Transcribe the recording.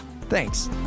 Thanks